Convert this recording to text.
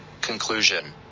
Conclusion